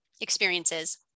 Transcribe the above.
experiences